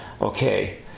Okay